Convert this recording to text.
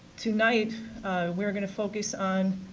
tonight we are going to focus on